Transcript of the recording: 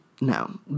No